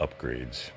upgrades